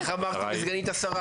המטרה היא, בסוף,